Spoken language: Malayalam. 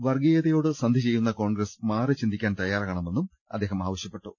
വർഗ്ഗീയതയോട് സന്ധി ചെയ്യുന്ന കോൺഗ്രസ് മാറി ചിന്തിക്കാൻ തയ്യാറാകണമെന്ന് അദ്ദേഹം ആവശ്യപ്പെട്ടു